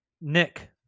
Nick